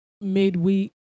midweek